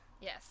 Yes